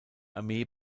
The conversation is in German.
armee